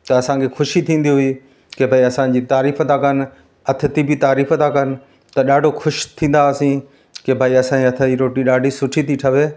त असांखे ख़ुशी थींदी हुई की भाई असांजी तारीफ़ था कनि अतिथि बि तारीफ था कनि त ॾाढो ख़ुशि थींदा हुआसीं की भाई असांजे हथ जी रोटी ॾाढी सुठी थी ठहे